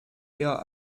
eher